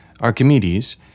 Archimedes